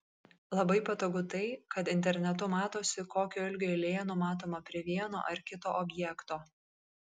labai patogu tai kad internetu matosi kokio ilgio eilė numatoma prie vieno ar kito objekto